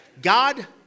God